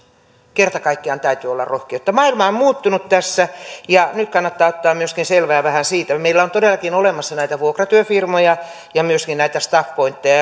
kerta kaikkiaan täytyy olla rohkeutta maailma on muuttunut ja nyt kannattaa ottaa myöskin selvää vähän siitä meillä on todellakin olemassa näitä vuokratyöfirmoja ja myöskin näitä staffpointeja